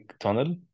tunnel